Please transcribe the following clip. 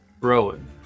Rowan